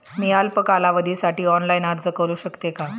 मी अल्प कालावधीसाठी ऑनलाइन अर्ज करू शकते का?